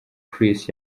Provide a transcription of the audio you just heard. chris